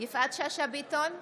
יפעת שאשא ביטון,